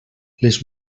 les